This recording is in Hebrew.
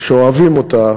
שאוהבים אותה,